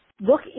look